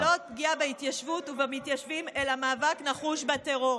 לא פגיעה בהתיישבות ובמתיישבים אלא מאבק נחוש בטרור.